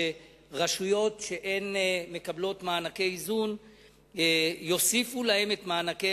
שרשויות שמקבלות מענקי איזון יוסיפו להן את מענקי